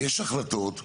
יש החלטות,